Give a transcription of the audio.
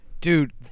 Dude